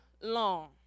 long